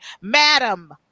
madam